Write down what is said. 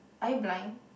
are you blind